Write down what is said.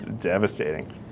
devastating